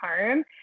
home